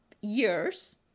years